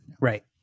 right